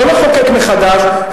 לא לחוקק מחדש,